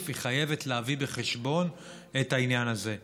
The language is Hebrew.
היא חייבת להביא בחשבון את העניין הזה.